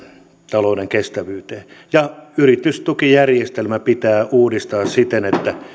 talouden kestävyyteen ja yritystukijärjestelmä pitää uudistaa siten että